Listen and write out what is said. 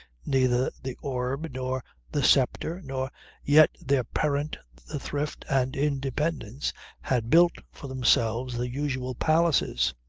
neither the orb nor the sceptre nor yet their parent the thrift and independence had built for themselves the usual palaces.